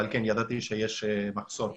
אבל ידעתי שיש מחסור ברופאים מרדימים.